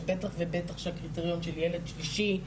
שבטח ובטח שהקריטריון של ילד שלישי,